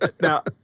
Now